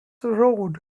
road